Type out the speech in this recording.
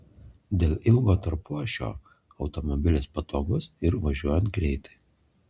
dėl ilgo tarpuašio automobilis patogus ir važiuojant greitai